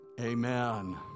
Amen